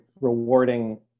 rewarding